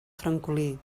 francolí